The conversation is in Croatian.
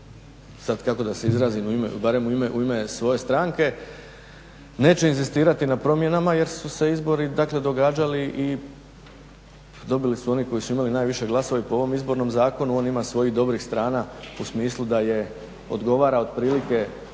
sad kako da se izrazim, barem u ime svoje stranke, neće inzistirati na promjenama jer su se izbori dakle događali i dobili su oni koji su imali najviše glasova i po ovom Izbornom zakonu, on ima svojih dobrih strana u smislu da odgovara otprilike